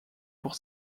pour